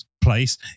place